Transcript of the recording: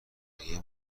بقیه